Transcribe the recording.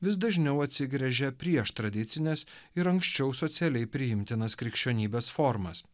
vis dažniau atsigręžia prieš tradicines ir anksčiau socialiai priimtinas krikščionybės formas